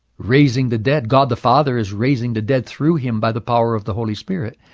raising the dead. god the father is raising the dead through him by the power of the holy spirit.